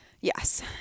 Yes